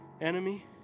enemy